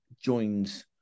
joins